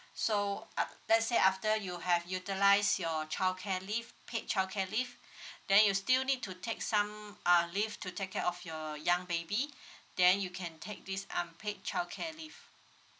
so uh let's say after you have utilize your childcare leave paid childcare leave then you still need to take some uh leave to take care of your young baby then you can take this unpaid childcare leave